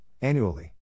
annually